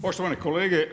Poštovani kolege.